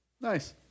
Nice